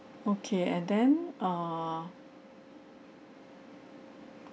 okay and then err